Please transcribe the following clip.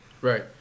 Right